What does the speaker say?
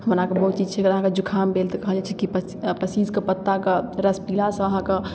हमर अहाँके बहुत चीज छै अगर अहाँके जुकाम भेल तऽ कहल जाइ छै कि पसीज पसीजके पत्ताके रस पिलासँ अहाँके